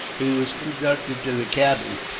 he was conducted to the cabin,